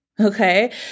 okay